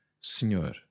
Senhor